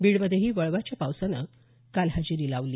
बीडमध्येही वळवाच्या पावसानं काल हजेरी लावली